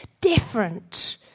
different